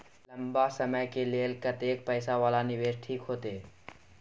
लंबा समय के लेल कतेक पैसा वाला निवेश ठीक होते?